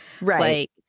right